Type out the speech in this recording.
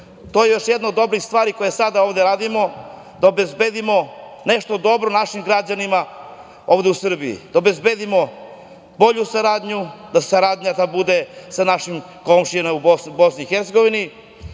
to je još jedno od dobrih stvari koje sada ovde radimo, da obezbedimo nešto dobro našim građanima ovde u Srbiji, da obezbedimo bolju saradnju, da ta saradnja bude sa našim komšijama u Bosni i Hercegovini,